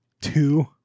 two